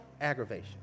aggravation